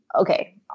okay